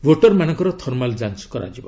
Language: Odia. ଭୋଟରମାନଙ୍କର ଥର୍ମାଲ୍ ଯାଞ୍ଚ କରାଯିବ